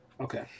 Okay